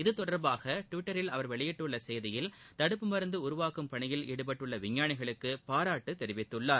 இது தொடர்பாக டுவிட்டரில் அவர் வெளியிட்டுள்ள செய்தியில் தடுப்பு மருந்து உருவாக்கும் பணியில் ஈடுபட்டுள்ள விஞ்ஞானிகளுக்கு பாராட்டு தெரிவித்துள்ளார்